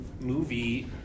movie